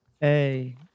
Hey